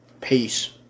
peace